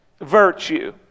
virtue